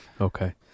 okay